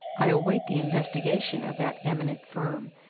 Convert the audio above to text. i await the investigation of that eminent firm,